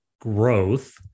growth